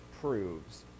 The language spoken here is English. proves